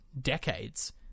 decades